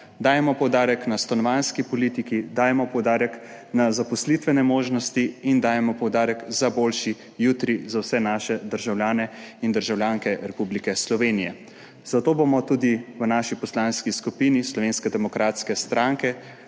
na mlade, na stanovanjsko politiko, na zaposlitvene možnosti in na boljši jutri za vse naše državljane in državljanke Republike Slovenije. Zato bomo tudi v naši Poslanski skupini Slovenske demokratske stranke